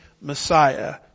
Messiah